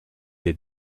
des